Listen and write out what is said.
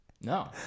No